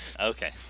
Okay